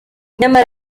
nyamara